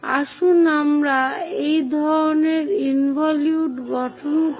আসুন আমরা এই ধরনের ইনভলিউট গঠন করি